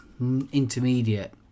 intermediate